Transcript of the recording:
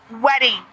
wedding